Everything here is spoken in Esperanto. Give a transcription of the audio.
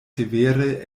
severe